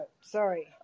sorry